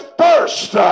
first